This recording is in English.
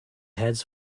heads